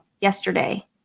yesterday